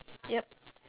yup